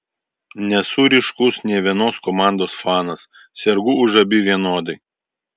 nesu ryškus nė vienos komandos fanas sergu už abi vienodai